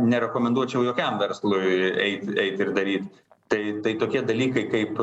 nerekomenduočiau jokiam verslui eit eit ir daryt tai tai tokie dalykai kaip